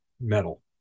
metal